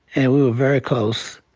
and we were very close.